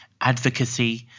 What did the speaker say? advocacy